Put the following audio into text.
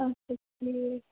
اچھا ٹھیٖک